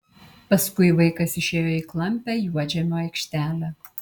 paskui vaikas išėjo į klampią juodžemio aikštelę